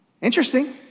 Interesting